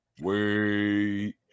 wait